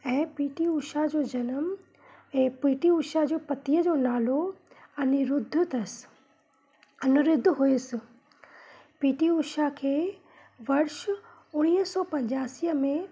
ऐं P T Usha जो जन्म ऐं पी टी उषा जो पतीअ जो नालो अनिरुद्ध अथसि अनिरुद्ध हुयुसि पी टी उषा खे वर्ष उणिवीह सौ पंजासीअ में